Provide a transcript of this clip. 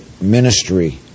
ministry